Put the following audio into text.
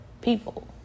people